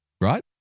right